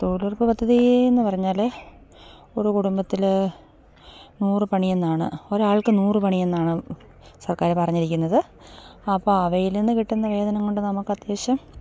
തൊഴിലുറപ്പ് പദ്ധതിയെന്നു പറഞ്ഞാൽ ഒരു കുടുംബത്തിൽ നൂറ് പണിയെന്നാണ് ഒരാൾക്ക് നൂറ് പണിയെന്നാണ് സർക്കാർ പറഞ്ഞിരിക്കുന്നത് അപ്പം അവയിൽ നിന്ന് കിട്ടുന്ന വേദനം കൊണ്ട് നമുക്ക് അത്യാവശ്യം